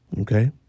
Okay